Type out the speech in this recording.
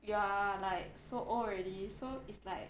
you are like so already so it's like